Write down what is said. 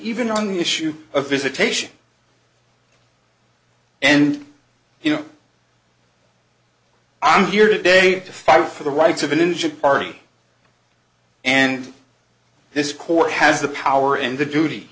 even on the issue of visitation and you know i'm here today to fight for the rights of an injured party and this court has the power in the duty